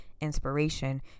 inspiration